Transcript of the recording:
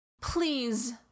Please